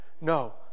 No